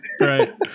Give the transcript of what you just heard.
Right